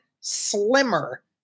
slimmer